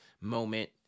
moment